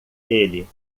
ele